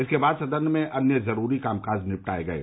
इसके बाद सदन में अन्य जरूरी कामकाज निपटाये गये